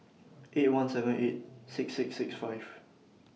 eight one seven eight six six six five